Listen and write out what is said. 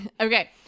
Okay